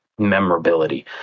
memorability